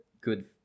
good